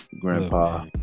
grandpa